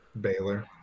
Baylor